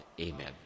Amen